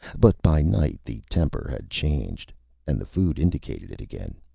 but by night, the temper had changed and the food indicated it again.